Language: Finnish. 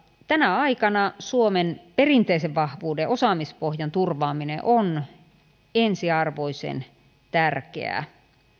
tänä aikana suomen perinteisen vahvuuden osaamispohjan turvaaminen on ensiarvoisen tärkeää